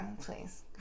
please